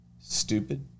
stupid